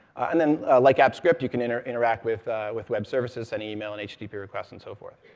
and then, like apps script, you can interact interact with with web services and email and http requests and so forth.